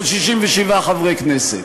של 67 חברי כנסת.